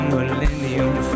Millennium